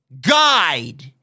guide